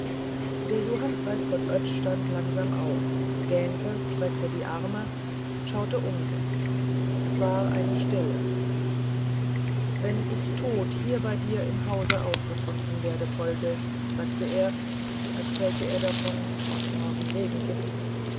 der johann preisgott oetsch stand langsam auf gähnte reckte die arme schaute um sich es war eine stille wenn ich tot hier bei dir im haus aufgefunden werde poldl sagte er als spräche er davon ob's morgen regen gibt